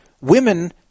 women